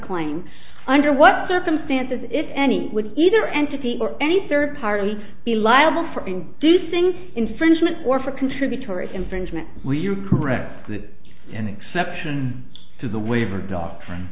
claiming under what circumstances if any would either entity or any third party be liable for in this ng infringement or for contributory infringement we are correct that an exception to the waiver doctrine